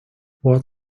what